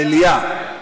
מליאה?